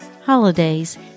holidays